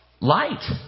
light